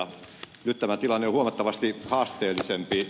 nyt tämä tilanne on huomattavasti haasteellisempi